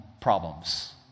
problems